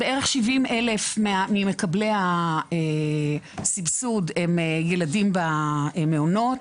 בערך 70,000 ממקבלי הסבסוד הם ילדים במעונות.